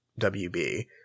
WB